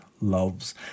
loves